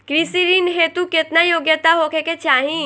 कृषि ऋण हेतू केतना योग्यता होखे के चाहीं?